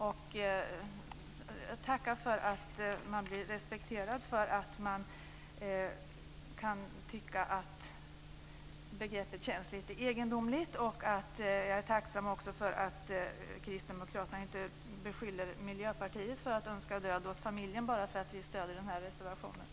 Jag tackar för att man blir respekterad när man tycker att begreppet känns lite egendomligt. Jag är också tacksam för att Kristdemokraterna inte beskyller Miljöpartiet för att önska död åt familjen, bara för att vi stöder reservation 9.